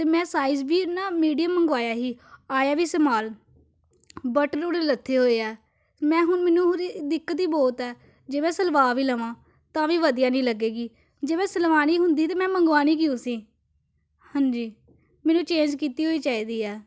ਅਤੇ ਮੈਂ ਸਾਈਜ਼ ਵੀ ਨਾ ਮੀਡੀਅਮ ਮੰਗਵਾਇਆ ਸੀ ਆਇਆ ਵੀ ਸਮਾਲ ਬਟਨ ਉੜ ਲੱਥੇ ਹੋਏ ਹੈ ਮੈਂ ਹੁਣ ਮੈਨੂੰ ਹੁਣ ਦਿੱਕਤ ਹੀ ਬਹੁਤ ਹੈ ਜੇ ਮੈਂ ਸਿਲਵਾ ਵੀ ਲਵਾਂ ਤਾਂ ਵੀ ਵਧੀਆ ਨਹੀਂ ਲੱਗੇਗੀ ਜੇ ਮੈਂ ਸਿਲਵਾਉਣੀ ਹੁੰਦੀ ਤਾਂ ਮੈਂ ਮੰਗਵਾਉਣੀ ਕਿਉਂ ਸੀ ਹਾਂਜੀ ਮੈਨੂੰ ਚੇਂਜ ਕੀਤੀ ਹੋਈ ਚਾਹੀਦੀ ਹੈ